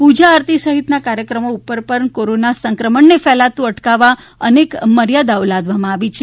પૂજા આરતી સહિતના કાર્યક્રમો ઉપર પણ કોરોના સંક્રમણને ફેલાતું અટકાવવા અનેક મર્યાદાઓ લાદવામાં આવી છે